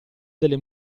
delle